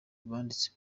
abanditsi